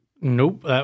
Nope